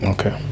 Okay